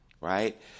right